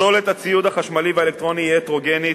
פסולת הציוד החשמלי והאלקטרוני היא הטרוגנית,